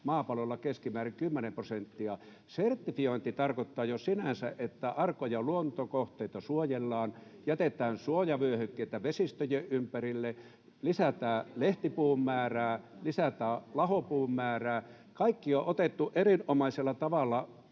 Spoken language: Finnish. maapallolla keskimäärin 10 prosenttia. Sertifiointi tarkoittaa jo sinänsä, että arkoja luontokohteita suojellaan, jätetään suojavyöhykkeitä vesistöjen ympärille, lisätään lehtipuun määrää, lisätään lahopuun määrää. Kaikki on otettu erinomaisella tavalla